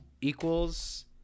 Equals